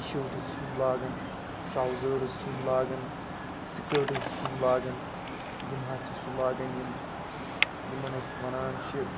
T shirts چھِ یِم لاگَان ٹرٛاوزٲرٕز چھِ یِم لاگَان سِکٲٹٕز چھِ یِم لاگَان یِم ہَسا چھِ لاگَان یِم یِمَن أسۍ وَنان چھِ